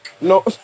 No